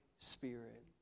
Spirit